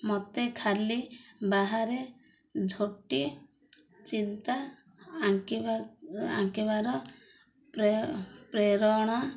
ମୋତେ ଖାଲି ବାହାରେ ଝୋଟି ଚିନ୍ତା ଆଙ୍କିବା ଆଙ୍କିବାର ପ୍ରେ ପ୍ରେରଣା